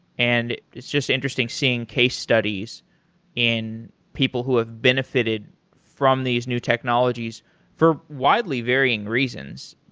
and it's just interesting seeing case studies in people who have benefited from these new technologies for, widely, varying reasons.